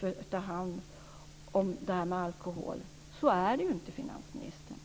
när det gäller alkohol. Så är det ju inte finansministern.